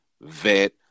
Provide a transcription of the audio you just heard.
vet